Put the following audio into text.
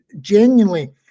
genuinely